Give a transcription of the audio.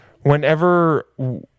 whenever